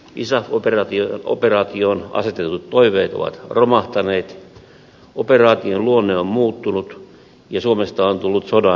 isaf operaatioon asetetut toiveet ovat romahtaneet operaation luonne on muuttunut ja suomesta on tullut sodan osapuoli